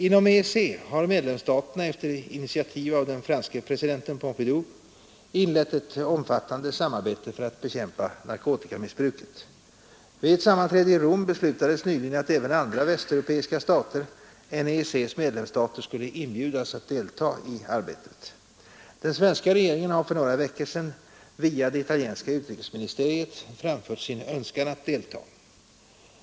Inom EEC har medlemsstaterna efter initiativ av den franske presidenten Pompidou inlett ett omfattande samarbete för att bekämpa narkotikamissbruket. Vid ett sammanträde i Rom beslutades nyligen att även andra västeuropeiska stater än EEC:s medlemsstater skulle inbjudas att deltaga i arbetet. Den svenska regeringen har för några veckor sedan via det italienska utrikesministeriet framfört sin önskan att deltaga.